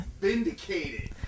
Vindicated